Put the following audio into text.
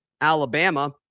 Alabama